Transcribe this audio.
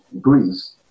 Greece